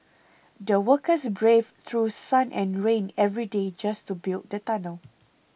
the workers braved through sun and rain every day just to build the tunnel